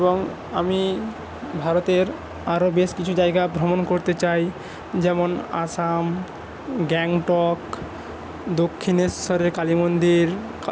এবং আমি ভারতের আরও বেশ কিছু জায়গা ভ্রমণ করতে চাই যেমন অসম গ্যাংটক দক্ষিণেশ্বরের কালী মন্দির